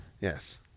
Yes